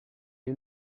you